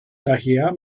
daher